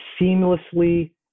seamlessly